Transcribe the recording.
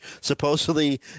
supposedly